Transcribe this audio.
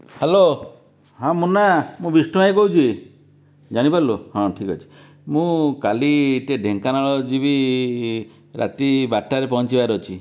hello ହଁ ମୁନା ମୁଁ ବିଷ୍ନୁ ଭାଇ କହୁଛି ଜାଣି ପାରିଲୁ ହଁ ଠିକ ଅଛି ମୁଁ କାଲି ଟିକେ ଢେଙ୍କାନାଳ ଯିବି ରାତି ବାର ଟା ରେ ପହଞ୍ଚିବାର ଅଛି